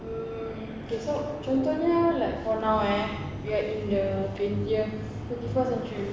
mm okay so contohnya like for now eh we are in the twentieth twenty first century